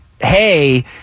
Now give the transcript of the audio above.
hey